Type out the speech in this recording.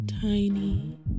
Tiny